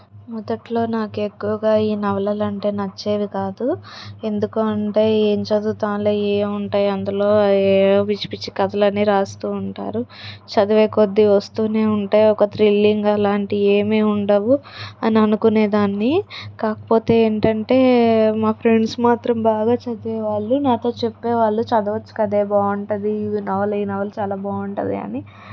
మొదట్లో నాకు ఎక్కువగా ఈ నవలలు అంటే నచ్చేవి కాదు ఎందుకు అంటే ఏం చదువుతాంలే ఏముంటాయి అందులో అవి ఏవో పిచ్చి పిచ్చి కథలన్ని రాస్తూ ఉంటారు చదివే కొద్ది వస్తూనే ఉంటాయి ఒక త్రిల్లింగ్ అలాంటి ఏమీ ఉండవు అని అనుకునేదాన్ని కాకపోతే ఏంటంటే మా ఫ్రెండ్స్ మాత్రం బాగా చదివేవాళ్ళు నాతో చెప్పే వాళ్ళు చదవవచ్చు కదే బాగుంటుంది ఈ నవల ఈ నవల చాలా బాగుంటుంది అని